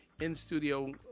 in-studio